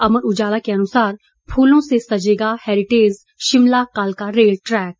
अमर उजाला के अनुसार फूलों से सजेगा हेरिटेज शिमला कालका रेल ट्रेक